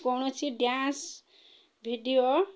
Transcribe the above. କୌଣସି dance video